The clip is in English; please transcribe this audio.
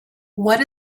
what